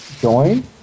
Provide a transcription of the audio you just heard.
join